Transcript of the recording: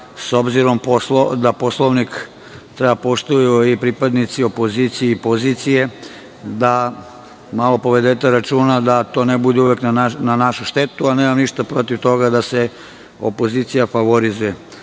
s obzirom da Poslovnik treba da poštuju i pripadnici opozicije i pozicije, malo povedite računa da to ne bude uvek na našu štetu, a nemam ništa protiv toga da se opozicija favorizuje. Dakle,